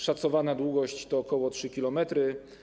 Szacowana długość to ok. 3 km.